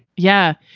yeah.